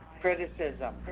criticism